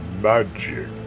magic